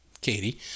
katie